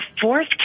fourth